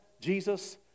Jesus